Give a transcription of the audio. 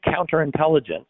counterintelligence